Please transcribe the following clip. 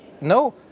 no